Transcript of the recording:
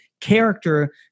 character